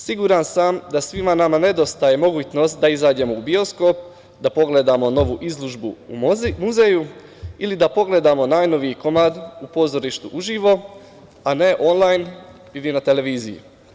Siguran sam da svima nama nedostaje mogućnost da izađemo u bioskop, da pogledamo novu izložbu u muzeju ili da pogledamo najnoviji komad u pozorištu uživo, a ne onlajn ili na televiziji.